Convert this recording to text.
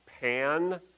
Pan